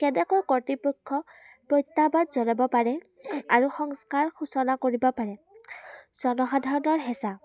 কেনেকৈ কৰ্তৃপক্ষ প্ৰত্যাহ্বান জনাব পাৰে আৰু সংস্কাৰ শোচনা কৰিব পাৰে জনসাধাৰণৰ হেঁচা